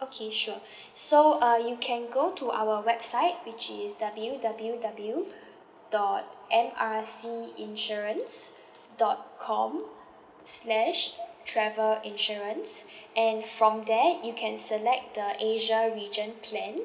okay sure so uh you can go to our website which is W_W_W dot M R C insurance dot com slash travel insurance and from there you can select the asia region plan